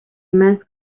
immense